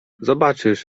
zobaczysz